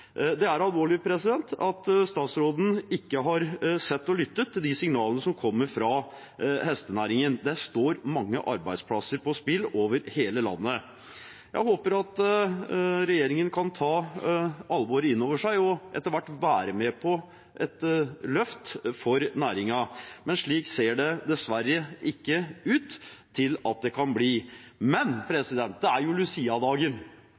Det er alvorlig at statsråden ikke har sett og lyttet til de signalene som kommer fra hestenæringen. Det står mange arbeidsplasser på spill over hele landet. Jeg håper at regjeringen kan ta alvoret inn over seg og etter hvert være med på et løft for næringen, men slik ser det dessverre ikke ut til at det blir. Men det er jo